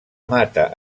mata